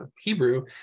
hebrew